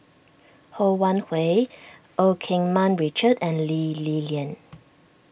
Ho Wan Hui Eu Keng Mun Richard and Lee Li Lian